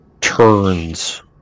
turns